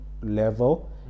level